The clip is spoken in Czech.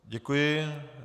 Děkuji.